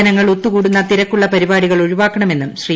ജനങ്ങൾ ഒത്തുകൂടുന്ന തിരക്കുള്ള പരിപാടികൾ ഒഴിവാക്കണമെന്നും ശ്രീ